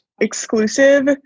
exclusive